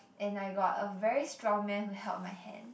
and I got a very strong man who held my hand